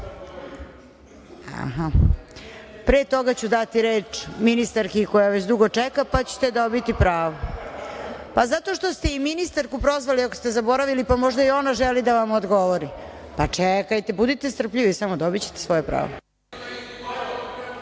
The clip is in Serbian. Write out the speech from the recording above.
toga ću dati reč ministarki koja već dugo čeka, pa ćete dobiti pravo, zato što ste i ministarku prozvali, ako ste zaboravili, pa možda i ona želi da vam odgovori. Budite strpljivi, dobićete svoje pravo.